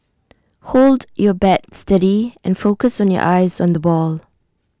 hold your bat steady and focus your eyes on the ball